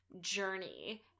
journey